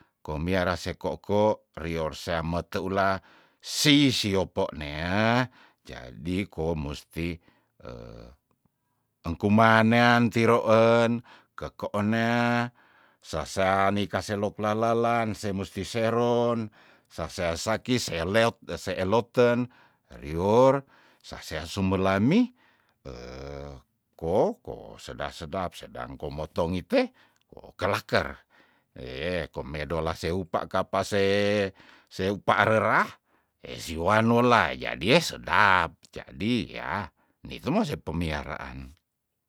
Komiara sekoko rior seame teula sei si opo nea jadi ko musti engkuman nean tiroen kekoonea sasea nikah selok lalalan se musti seron sasean saki seleot dese eloten rior sasean sumelami ko ko seda sedap sedang komotogite wokelaker ehkomedo laseupa kapa seh seupa rerah esiwo anola jadie sedap jadi yah nitu mose pemiaraan.